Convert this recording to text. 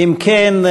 אם כן,